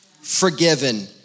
forgiven